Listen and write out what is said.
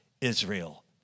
Israel